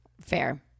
Fair